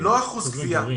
לא אחוז גבייה.